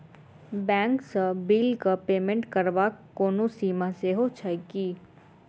Bank सँ बिलक payment करबाक कोनो सीमा सेहो छैक की?